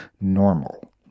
normal